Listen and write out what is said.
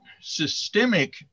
systemic